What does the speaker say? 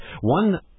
One